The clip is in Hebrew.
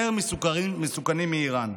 יותר מסוכנים מאיראן.